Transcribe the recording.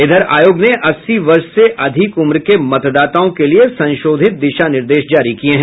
इधर आयोग ने अस्सी वर्ष से अधिक उम्र के मतदाताओं के लिये संशोधित दिशा निर्देश जारी किया है